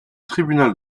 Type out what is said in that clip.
tribunal